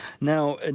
Now